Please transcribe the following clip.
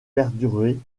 perdurer